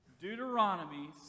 Deuteronomy